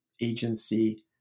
agency